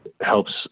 helps